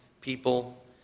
people